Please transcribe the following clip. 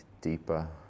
deeper